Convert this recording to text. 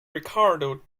ricardo